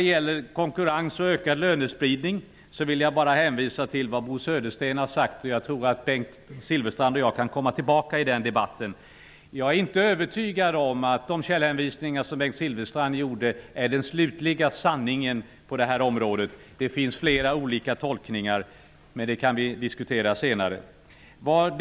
Vad gäller konkurrens och ökad lönespridning vill jag hänvisa till det som Bo Södersten sagt. Bengt Silfverstrand och jag kan troligvis återkomma till den debatten. Jag är nämligen inte övertygad om att de källhänvisningar som Bengt Silfverstrand gjorde utgör den så att säga slutliga sanningen på detta område. Det finns flera olika tolkningar. Men det kan vi diskutera senare.